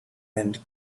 and